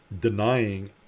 denying